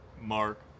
Mark